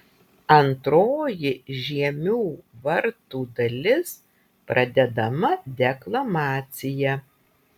antroji žiemių vartų dalis pradedama deklamacija